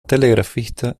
telegrafista